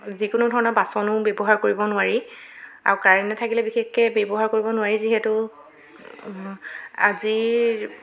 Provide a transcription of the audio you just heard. যিকোনো ধৰণৰ বাচনো ব্যৱহাৰ কৰিব নোৱাৰি আৰু কাৰেণ্ট নাথাকিলে বিশেষকৈ ব্যৱহাৰ কৰিব নোৱাৰি যিহেতু আজি